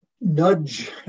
nudge